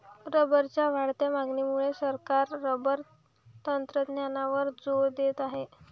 रबरच्या वाढत्या मागणीमुळे सरकार रबर तंत्रज्ञानावर जोर देत आहे